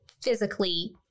physically